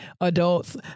adults